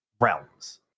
realms